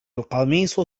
القميص